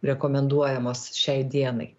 rekomenduojamos šiai dienai